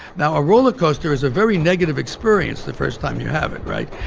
now, a roller coaster is a very negative experience the first time you have it, right?